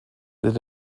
that